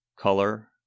color